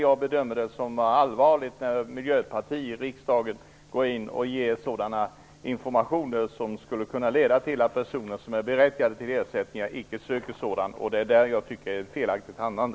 Jag bedömer det som allvarligt när miljöpartiet i riksdagen ger sådana informationer som kan leda till att personer som är berättigade till ersättning inte söker sådan. Det är det som jag tycker är ett felaktigt handlande.